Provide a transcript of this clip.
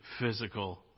physical